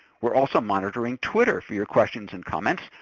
we're also monitoring twitter for your questions and comments.